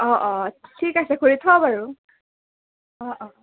অঁ অঁ ঠিক আছে খুড়ী থও বাৰু অঁ অঁ